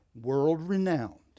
world-renowned